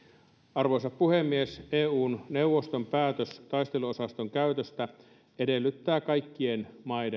arvoisa puhemies eun neuvoston päätös taisteluosaston käytöstä edellyttää kaikkien